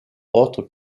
autres